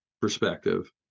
perspective